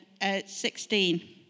16